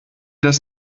das